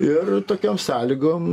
ir tokiom sąlygom